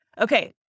Okay